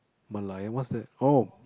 Merlion what's that oh